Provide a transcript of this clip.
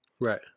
Right